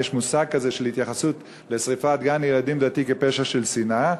האם יש מושג כזה של התייחסות לשרפת גן-ילדים דתי כפשע של שנאה?